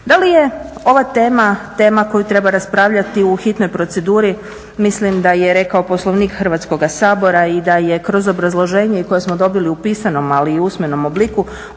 Da li je ova tema, tema koju treba raspravljati u hitnoj proceduri? Mislim da je rekao Poslovnik Hrvatskoga sabora i da je kroz obrazloženje koje smo dobili u pisanom ali i usmenom obliku